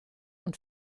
und